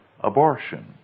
abortion